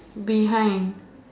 behind